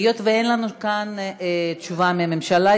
היות שאין לנו כאן תשובה מהממשלה,